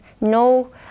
no